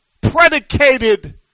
predicated